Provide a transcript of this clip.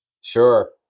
Sure